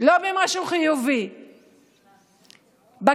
לא במשהו חיובי, בכלכלה,